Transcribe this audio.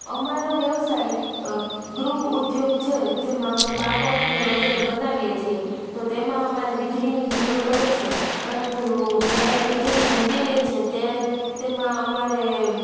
અમારો વ્યવસાય ગૃહ ઉદ્યોગ છે જેમાં અમે પાપડને વગેરે બનાવીએ છીએ તો તેમાં અમારે વીજળીની જરૂર પડે છે પરંતુ જ્યારે વીજળી જતી રહે છે ત્યારે તેમાં અમારે